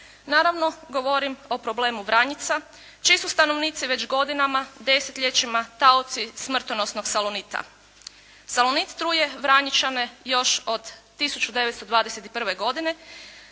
Naravno, govorim o problemu Vranjica čiji su stanovnici već godina, desetljećima taoci smrtonosnog salonita. Salonit truje Vranjićane još od 1921. godine.